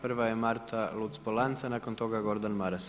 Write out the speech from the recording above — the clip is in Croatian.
Prva je Marta Luc-Polanc, a nakon toga Gordan Maras.